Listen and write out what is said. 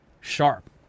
Sharp